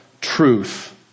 truth